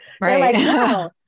Right